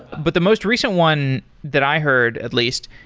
but the most recent one that i heard at least,